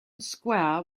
square